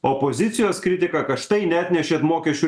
opozicijos kritiką kad štai neatnešėt mokesčių